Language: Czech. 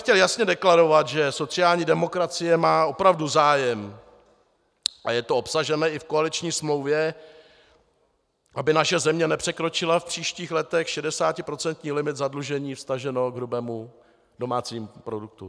Chtěl bych jasně deklarovat, že sociální demokracie má opravdu zájem, a je to obsažené i v koaliční smlouvě, aby naše země nepřekročila v příštích letech 60procentní limit zadlužení, vztaženo k hrubému domácímu produktu.